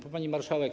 Pani Marszałek!